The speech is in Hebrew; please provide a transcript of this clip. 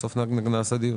בסוף נעשה דיון.